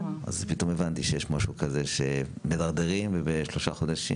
כך התוודעתי למחלה הזו והבנתי שזה יכול להתדרדר בשלושה חודשים.